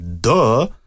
Duh